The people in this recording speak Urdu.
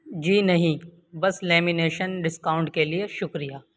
جی نہیں بس لیمینیشن ڈسکاؤنٹ کے لیے شکریہ